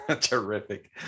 Terrific